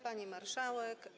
Pani Marszałek!